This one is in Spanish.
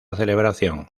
celebración